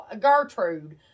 Gertrude